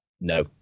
No